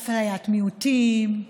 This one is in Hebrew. אפליית מיעוטים,